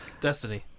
destiny